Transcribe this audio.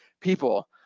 people